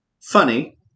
funny